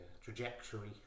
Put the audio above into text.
trajectory